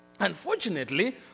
Unfortunately